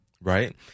Right